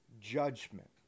judgment